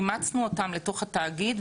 אימצנו אותם לתוך התאגיד,